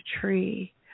tree